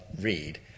read